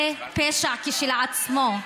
זה פשע כשלעצמו.